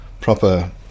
proper